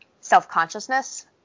self-consciousness